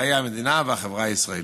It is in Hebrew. בחיי המדינה והחברה הישראלית.